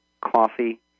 coffee